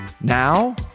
Now